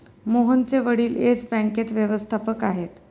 मोहनचे वडील येस बँकेत व्यवस्थापक आहेत